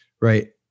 right